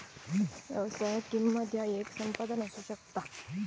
व्यवसायात, किंमत ह्या येक संपादन असू शकता